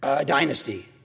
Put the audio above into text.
dynasty